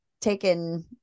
taken